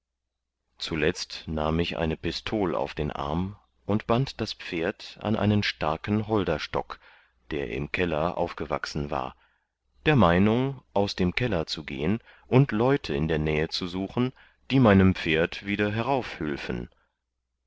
zuletzt nahm ich eine pistol auf den arm und band das pferd an einen starken holderstock der im keller aufgewachsen war der meinung aus dem keller zu gehen und leute in der nähe zu suchen die meinem pferd wieder